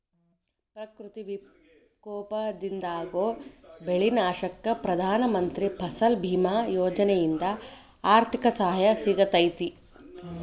ಪ್ರಕೃತಿ ವಿಕೋಪದಿಂದಾಗೋ ಬೆಳಿ ನಾಶಕ್ಕ ಪ್ರಧಾನ ಮಂತ್ರಿ ಫಸಲ್ ಬಿಮಾ ಯೋಜನೆಯಿಂದ ಆರ್ಥಿಕ ಸಹಾಯ ಸಿಗತೇತಿ